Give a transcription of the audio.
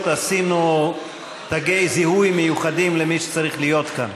עשינו תגי זיהוי מיוחדים למי שצריך להיות כאן.